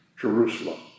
Jerusalem